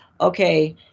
okay